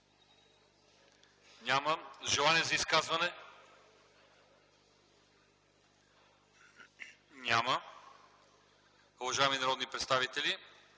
Няма. Желание за изказвания? Няма. Уважаеми народни представители,